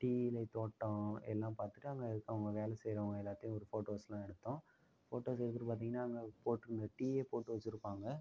டீயிலை தோட்டம் எல்லாம் பார்த்துட்டு அங்கே இருக்கவங்க வேலை செய்கிறவங்க எல்லாத்தையும் ஒரு ஃபோட்டோஸ்லாம் எடுத்தோம் ஃபோட்டோஸ் எடுத்துட்டு பார்த்திங்கன்னா அங்கே போட்டிருந்த டீயே போட்டு வச்சிருப்பாங்கள்